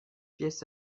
pièces